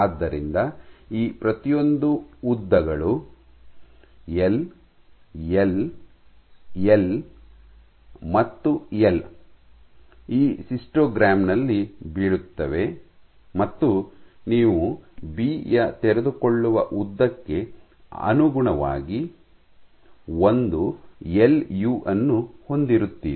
ಆದ್ದರಿಂದ ಈ ಪ್ರತಿಯೊಂದು ಉದ್ದಗಳು L L L L L L L L ಈ ಸಿಸ್ಟೊಗ್ರಾಮ್ ನಲ್ಲಿ ಬೀಳುತ್ತವೆ ಮತ್ತು ನೀವು ಬಿ ಯ ತೆರೆದುಕೊಳ್ಳುವ ಉದ್ದಕ್ಕೆ ಅನುಗುಣವಾಗಿ ಒಂದು ಎಲ್ ಯು ಅನ್ನು ಹೊಂದಿರುತ್ತೀರಿ